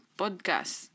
podcast